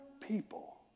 people